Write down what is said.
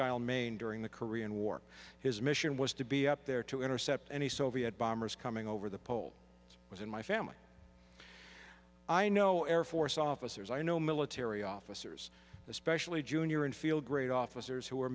isle maine during the korean war his mission was to be up there to intercept any soviet bombers coming over the pole was in my family i know air force officers i know military officers especially junior and field grade officers who are